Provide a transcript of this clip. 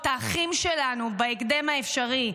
האחים שלנו, בהקדם האפשרי,